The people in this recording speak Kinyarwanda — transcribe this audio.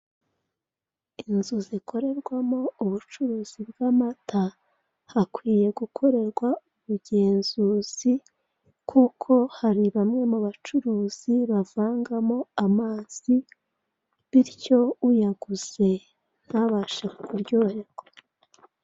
Inzu zikorerwamo ubucuruzi bw'amata, hakwiye gukorerwa ubugenzuzi kuko hari bamwe mu bacuruzi bavangamo amazi bityo uyaguze ntabashe kuryoherwa.